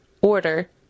order